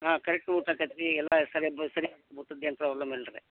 ಹಾಂ ಕರೆಕ್ಟ್ ಊಟ ಆಗತ್ರಿ ಎಲ್ಲ ಸರಿ ಊಟದ್ದು ಏನೂ ಪ್ರಾಬ್ಲಮ್ ಇಲ್ಲ ರೀ